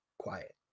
Quiet